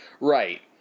Right